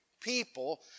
people